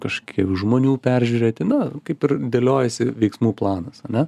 kažkiek žmonių peržiūrėti na kaip ir dėliojasi veiksmų planas ane